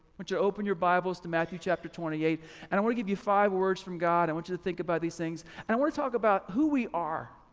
want you open your bibles to matthew chapter twenty eight and i wanna give you five words from god, i want you to think about these things. i want to talk about who we are.